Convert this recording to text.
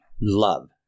love